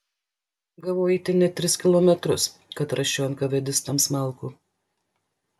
gavau eiti net tris kilometrus kad rasčiau enkavedistams malkų